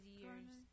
years